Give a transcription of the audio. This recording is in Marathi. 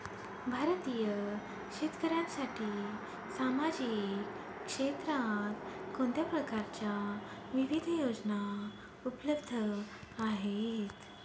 भारतीय शेतकऱ्यांसाठी सामाजिक क्षेत्रात कोणत्या प्रकारच्या विविध योजना उपलब्ध आहेत?